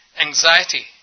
Anxiety